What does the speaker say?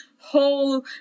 whole